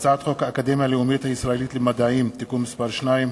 הצעת החוק האקדמיה הלאומית הישראלית למדעים (תיקון מס' 2),